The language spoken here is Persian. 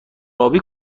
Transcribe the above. آبی